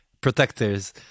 protectors